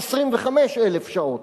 הוראת 25,000 שעות.